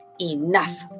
Enough